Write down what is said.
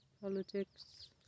Politics